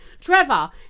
Trevor